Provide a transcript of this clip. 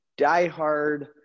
diehard